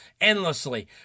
endlessly